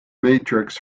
matrix